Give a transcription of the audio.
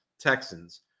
Texans